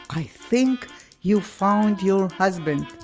i think you found your husband.